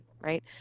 right